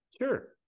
Sure